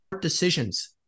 decisions